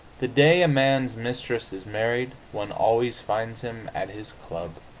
the day a man's mistress is married one always finds him at his club.